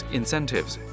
incentives